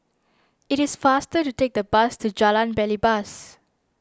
it is faster to take the bus to Jalan Belibas